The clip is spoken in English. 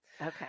Okay